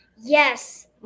Yes